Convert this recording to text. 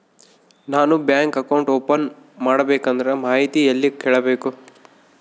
ನಾನು bank account open ಮಾಡಬೇಕಂದ್ರ ಮಾಹಿತಿ ಎಲ್ಲಿ ಕೇಳಬೇಕು?